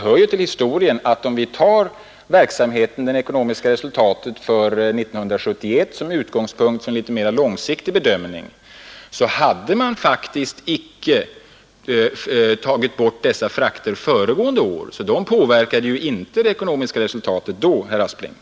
Men om vi tar det ekonomiska resultatet för 1971 som utgångspunkt för en mera långsiktig bedömning, hör det faktiskt till historien att man icke föregående år tagit bort dessa frakter. De påverkade alltså inte då det ekonomiska resultatet, herr Aspling!